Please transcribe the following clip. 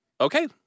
okay